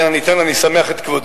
כן, אני אתן, אני אשמח את כבודו.